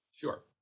Sure